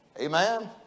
Amen